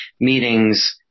meetings